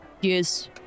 Yes